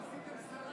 עשיתם סלט